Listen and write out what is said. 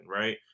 right